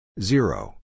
Zero